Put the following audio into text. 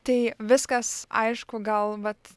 tai viskas aišku gal vat